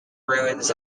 ruins